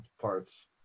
parts